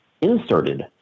inserted